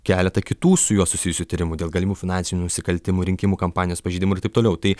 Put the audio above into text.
keletą kitų su juo susijusių tyrimų dėl galimų finansinių nusikaltimų rinkimų kampanijos pažeidimų ir taip toliau tai